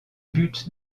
but